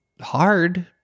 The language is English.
hard